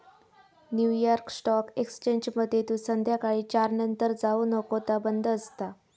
new York stock एक्सचेंजमध्ये तू संध्याकाळी चार नंतर जाऊ नको ता बंद असता